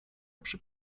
przy